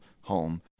home